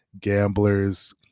gamblers